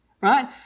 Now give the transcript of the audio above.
right